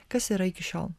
kas yra iki šiol